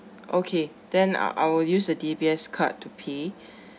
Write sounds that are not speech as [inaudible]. okay then I I will use the D_B_S card to pay [breath]